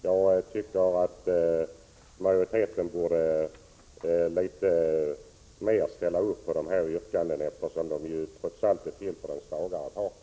Jag tycker att majoriteten borde ställa upp litet mer på de här yrkandena, eftersom de trots allt är till för den svagare parten.